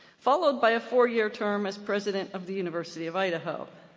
followed by a four year term as president of the university of idaho.